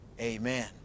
Amen